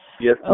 Yes